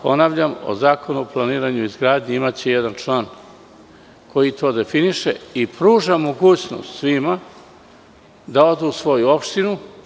Ponavljam, u Zakonu o planiranju i izgradnji biće jedan član koji to definiše i pruža mogućnost svima da odu u svoju opštinu.